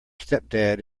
stepdad